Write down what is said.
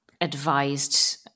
advised